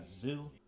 zoo